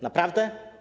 Naprawdę?